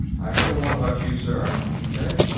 i've heard a lot about you, sir, he said.